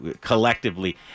collectively